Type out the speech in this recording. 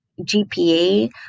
GPA